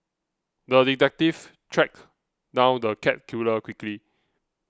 the detective tracked down the cat killer quickly